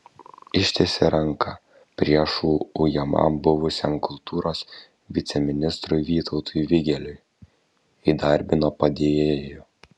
ištiesė ranką priešų ujamam buvusiam kultūros viceministrui vytautui vigeliui įdarbino padėjėju